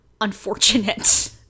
unfortunate